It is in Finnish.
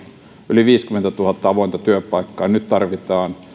yli viisikymmentätuhatta avointa työpaikkaa nyt tarvitaan